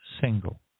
single